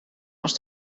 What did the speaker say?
als